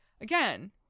again